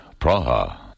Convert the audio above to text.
Praha